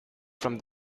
from